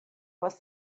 was